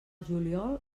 juliol